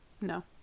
No